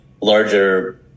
larger